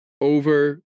over